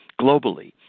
globally